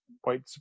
white